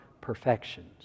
perfections